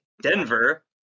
denver